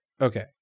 okay